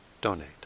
donate